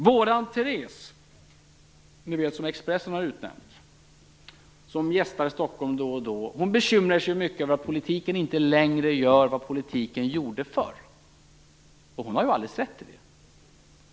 Vår Therese, som Expressen har utnämnt henne till, som gästar Stockholm då och då bekymrar sig mycket över att politiken inte längre gör av politiken gjorde förr. Och det har hon ju alldeles rätt i.